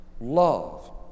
Love